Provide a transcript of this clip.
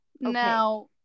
Now